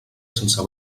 sense